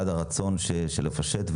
רצון לפשט.